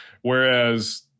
Whereas